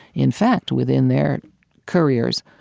in fact, within their careers,